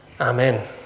Amen